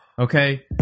Okay